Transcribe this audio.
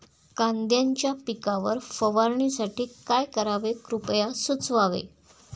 कांद्यांच्या पिकावर फवारणीसाठी काय करावे कृपया सुचवावे